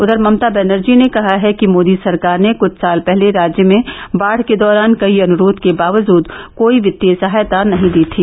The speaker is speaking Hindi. उधर ममता बनर्जी ने कहा है कि मोदी सरकार ने कुछ साल पहले राज्य में बाढ़ के दौरान कई अनुरोध के बावजूद कोई वित्तीय सहायता नहीं दी थी